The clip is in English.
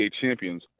champions